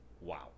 Wow